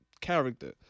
character